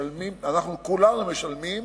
אנחנו כולנו משלמים,